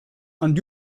and